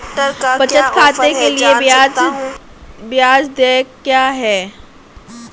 बचत खाते के लिए ब्याज दर क्या है?